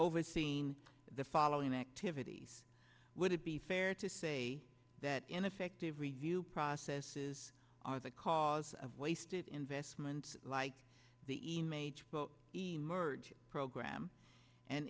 overseeing the following activities would it be fair to say that ineffective review processes are the cause of wasted investment like the e major emerge program and